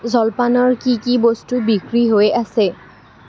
জলপানৰ কি কি বস্তু বিক্ৰী হৈ আছে